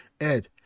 Ed